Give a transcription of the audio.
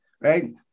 right